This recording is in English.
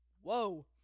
Whoa